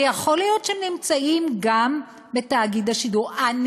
ויכול להיות שהם נמצאים גם בתאגיד השידור אני